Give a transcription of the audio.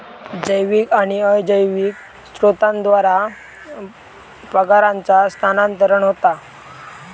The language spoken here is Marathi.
जैविक आणि अजैविक स्त्रोतांद्वारा परागांचा स्थानांतरण होता